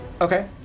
Okay